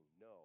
no